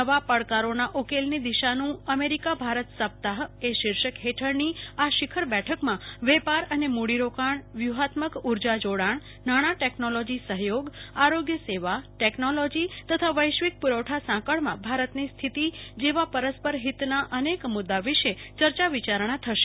નવા પડકારોના ઉકેલની દીશાનું અમેરિકા ભારત સપ્તાહ શીર્ષક હેઠળની આ શિખર બેઠકમાં વેપાર અને મુડૂરોકાણ વયૂહાત્મક ઉર્જા જોડાણ નાણા ટેકનોલોજી સહયોગ આરોગ્ય સેવા ટેકનોલોજી તથા વૈશ્વિક પુરવઠા સાંકળમાં ભારતની સ્થિતિ જેવા પરસ્પર હિતના અનેક મુદ્દા વિશે ચર્ચા વિચારણા થશે